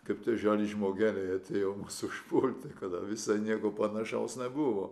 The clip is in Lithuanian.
kaip tie žali žmogeliai atėjo mus užpulti kada visai nieko panašaus nebuvo